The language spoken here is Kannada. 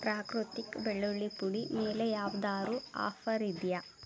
ಪ್ರಾಕೃತಿಕ್ ಬೆಳ್ಳುಳ್ಳಿ ಪುಡಿ ಮೇಲೆ ಯಾವ್ದಾದ್ರೂ ಆಫರ್ ಇದೆಯಾ